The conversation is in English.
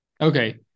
Okay